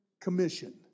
Commission